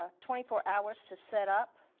ah twenty four hours to set up.